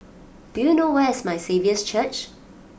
do you know where is My Saviour's Church